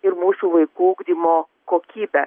ir mūsų vaikų ugdymo kokybę